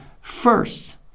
first